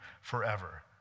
forever